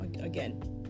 again